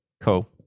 cool